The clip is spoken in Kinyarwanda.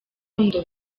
rukundo